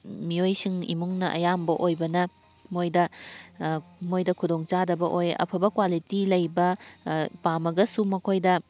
ꯃꯤꯑꯣꯏꯁꯤꯡ ꯏꯃꯨꯡꯅ ꯑꯌꯥꯝꯕ ꯑꯣꯏꯕꯅ ꯃꯣꯏꯗ ꯃꯣꯏꯗ ꯈꯨꯗꯣꯡꯆꯥꯗꯕ ꯑꯣꯏ ꯑꯐꯕ ꯀ꯭ꯋꯥꯂꯤꯇꯤ ꯂꯩꯕ ꯄꯥꯝꯃꯒꯁꯨ ꯃꯈꯣꯏꯗ